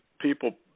people